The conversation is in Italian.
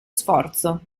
sforzo